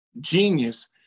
genius